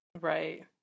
right